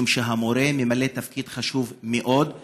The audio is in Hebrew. משום שהמורה ממלא תפקיד חשוב מאוד בחיינו.